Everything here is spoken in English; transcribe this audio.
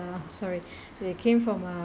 I'm sorry they came from uh